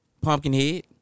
Pumpkinhead